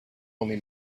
only